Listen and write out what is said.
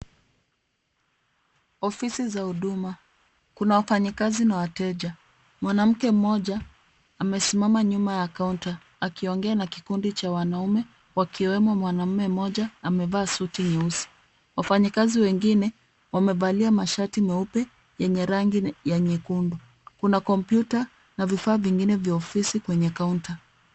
Ofisi za huduma. Kuna wafanyikazi na wateja. Mwanamke mmoja amesimama nyuma ya kaunta akiongea na kikundi cha wanaume, wakiwemo mwanaume mmoja amevaa suti nyeusi. Wafanyikazi wengine wamevalia mashati meupe yenye rangi ya nyekundu. Kuna kopyuta a vifaa vingine vya ofisi kwenye kaunta.